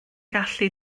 gallu